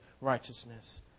righteousness